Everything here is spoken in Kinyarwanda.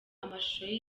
amashusho